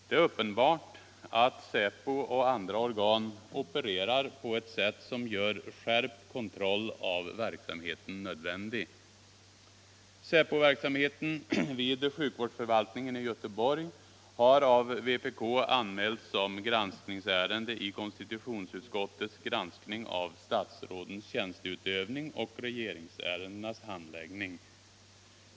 Det är uppenbart att säpo och andra organ opererar på ett sätt som gör skärpt kontroll av verksamheten nödvändig. Säpoverksamheten vid sjukvårdsförvaltningen i Göteborg har av vpk anmälts som granskningsärende i konstitutionsutskottets granskning av statsrådens tjänsteutövning och regeringsärendenas handläggning.